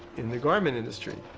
in the garment industry.